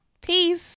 Peace